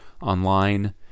online